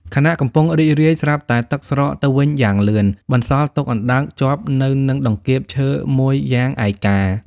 ខណៈកំពុងរីករាយ ស្រាប់តែទឹកស្រកទៅវិញយ៉ាងលឿន បន្សល់ទុកអណ្ដើកជាប់នៅនឹងតង្កៀបឈើមួយយ៉ាងឯកា។